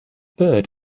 bird